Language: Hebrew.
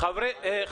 ------?